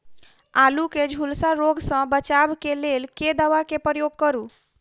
आलु केँ झुलसा रोग सऽ बचाब केँ लेल केँ दवा केँ प्रयोग करू?